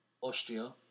Austria